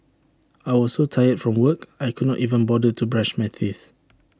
I was so tired from work I could not even bother to brush my teeth